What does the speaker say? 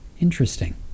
Interesting